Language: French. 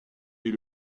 est